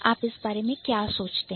आप इस बारे में क्या सोचते हैं